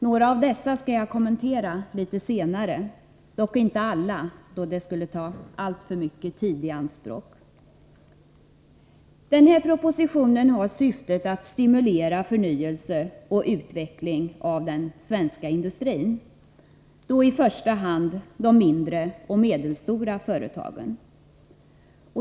Några av dessa skall jag kommentera litet senare — dock inte alla, då det skulle ta alltför mycket tid i anspråk. Den här propositionen har syftet att stimulera förnyelse och utveckling av den svenska industrin. Det gäller då i första hand de mindre och medelstora företagen.